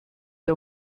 der